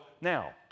now